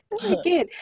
again